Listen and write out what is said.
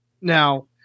now